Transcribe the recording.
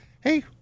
hey